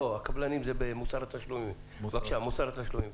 לא, הקבלנים זה במוסר התשלומים.